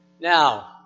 Now